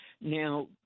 Now